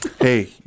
Hey